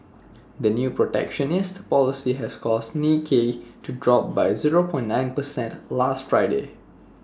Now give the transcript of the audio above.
the new protectionist policy has caused Nikkei to drop by zero point nine percent last Friday